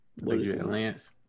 Lance